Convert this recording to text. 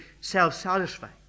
self-satisfied